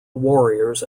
warriors